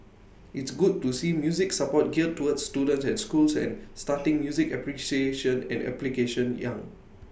it's good to see music support geared towards students and schools and starting music appreciation and application young